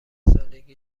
سالگی